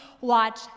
watch